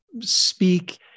speak